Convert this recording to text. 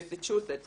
מסצ'וסטס.